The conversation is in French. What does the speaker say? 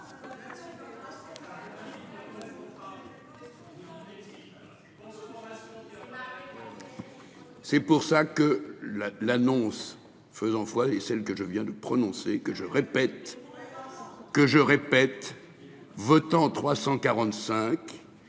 C'est pour ça que la l'annonce faisant foi et celle que je viens de prononcer que je répète. Que je répète votants 345.